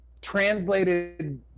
translated